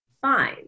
fine